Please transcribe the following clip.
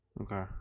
Okay